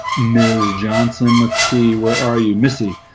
ms johnson, let's see. where are you missy?